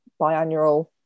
biannual